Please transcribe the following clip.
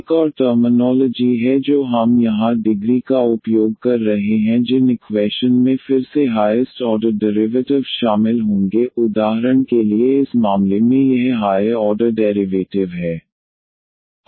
एक और टर्मिनोलॉजी है जो हम यहां डिग्री का उपयोग कर रहे हैं जिन इक्वैशन में फिर से हाईएस्ट ऑर्डर डेरिवेटिव शामिल होंगे उदाहरण के लिए इस मामले में यह हायर ऑर्डर डेरिवेटिव है